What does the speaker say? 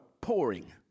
pouring